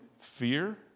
fear